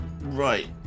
right